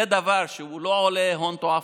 זה דבר שלא עולה הון תועפות,